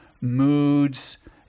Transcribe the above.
moods